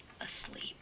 asleep